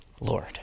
Lord